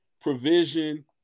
provision